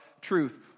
truth